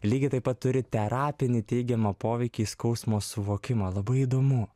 lygiai taip pat turi terapinį teigiamą poveikį skausmo suvokimą labai įdomu